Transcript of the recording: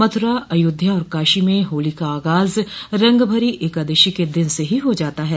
मथुरा अयोध्या और काशी में होली का आग़ाज़ रंग भरी एकादशी के दिन से ही हो जाता है